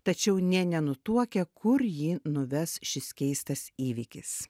tačiau nė nenutuokia kur jį nuves šis keistas įvykis